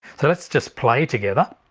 so that's just play together,